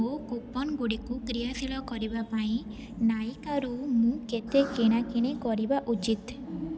ମୋ କୁପନଗୁଡ଼ିକୁ କ୍ରିୟାଶୀଳ କରିବା ପାଇଁ ନାଇକାରୁ ମୁଁ କେତେ କିଣାକିଣି କରିବା ଉଚିତ